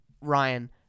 Ryan